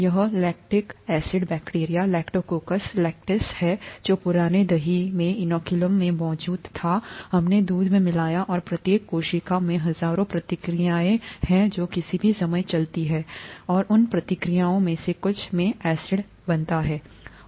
यह lactic acid bacteria lactococcus लैक्टिसहै जो पुराने दही में इनोकुलम में मौजूद था हमने दूध में मिलाया और प्रत्येक कोशिका में हजारों प्रतिक्रियाएं हैं जो किसी भी समय चलती हैं समय और उन प्रतिक्रियाओं में से कुछ में एसिड आता है